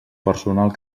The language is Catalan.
personal